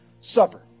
Supper